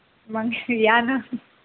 मग या ना